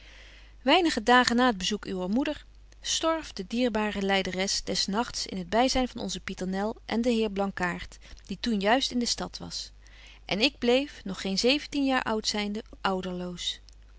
weinige dagen na het bezoek uwer moeder storf de dierbare lyderes des nagts in t byzyn van onze pieternel en den heer blankaart die toen juist in de stad was en ik bleef nog geen zeventien jaar oud zynde